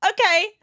okay